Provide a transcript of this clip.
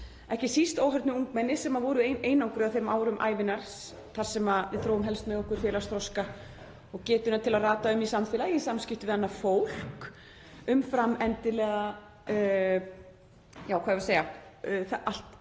ekki síst óhörðnuð ungmenni sem voru einangruð á þeim árum ævinnar þegar við þróum helst með okkur félagsþroska og getuna til að rata um í samfélagi í samskiptum við annað fólk, allt